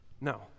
No